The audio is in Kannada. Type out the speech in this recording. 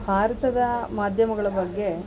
ಭಾರತದ ಮಾಧ್ಯಮಗಳ ಬಗ್ಗೆ